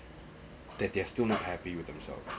that they're still not happy with themselves